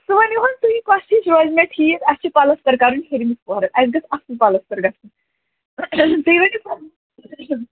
سُہ ؤنِو حظ تُہی کۄس ہِش روزِ مےٚ ٹھیٖک اَسہِ چھُ پَلستَر کَرٕنۍ ہیٚرمِس پۅہرس اَسہِ گَژھ اَصٕل پَلستَر گژھٕنۍ تُہۍ ؤنِو